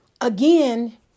again